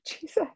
Jesus